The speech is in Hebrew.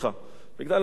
מפני שאתה,